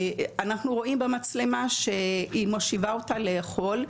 אנחנו רואים במצלמה שהיא מושיבה אותה לאכול,